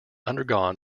undergone